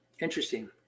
Interesting